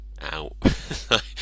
out